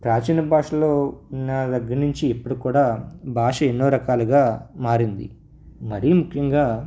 ప్రాచీన భాషలు ఉన్న దగ్గర నుంచి ఇప్పటికి కూడా భాష ఎన్నో రకాలుగా మారింది మరీ ముఖ్యంగా